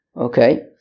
Okay